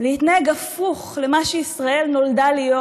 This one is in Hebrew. להתנהג הפוך ממה שישראל נולדה להיות.